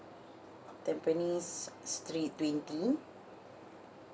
tampines street twenty